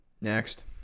Next